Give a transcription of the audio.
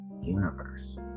universe